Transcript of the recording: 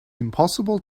impossible